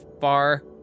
far